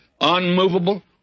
unmovable